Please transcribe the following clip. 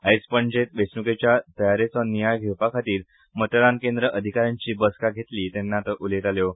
आयज पणजेत वेचणूकेच्या तयारेचो नियाळ घेवपाखातीर मतदान केंद्र अधिकाऱ्यांची बसका घेतली तेन्ना त्यो उलयताल्यो